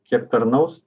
kiek tarnaus